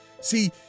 See